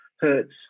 Hurts